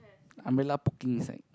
umbrella poking inside